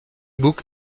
book